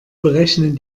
berechnen